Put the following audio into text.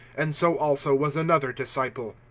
and so also was another disciple.